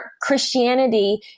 christianity